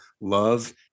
love